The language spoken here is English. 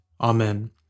Amen